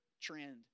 trend